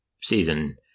season